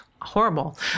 horrible